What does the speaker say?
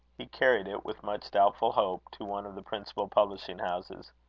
he carried it, with much doubtful hope, to one of the principal publishing houses.